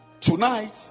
Tonight